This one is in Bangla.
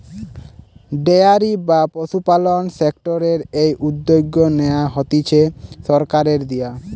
ডেয়ারি বা পশুপালন সেক্টরের এই উদ্যগ নেয়া হতিছে সরকারের দিয়া